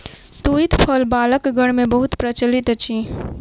तूईत फल बालकगण मे बहुत प्रचलित अछि